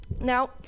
Now